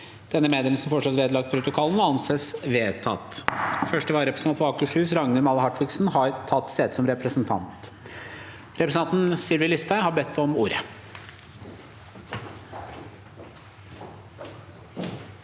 Denne meddelelse foreslås vedlagt protokollen. – Det anses vedtatt. Første vararepresentant for Akershus, Ragnhild Male Hartviksen, har tatt sete som representant. Representanten Sylvi Listhaug har bedt om ordet.